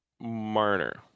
Marner